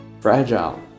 fragile